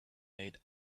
made